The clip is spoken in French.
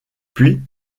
puis